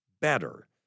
better